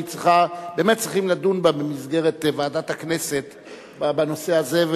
באמת צריכים לדון בה במסגרת ועדת הכנסת בנושא הזה,